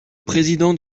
président